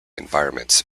environments